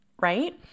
right